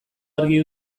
argi